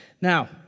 Now